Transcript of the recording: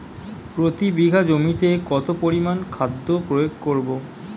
প্রতি বিঘা জমিতে কত পরিমান খাদ্য প্রয়োগ করব?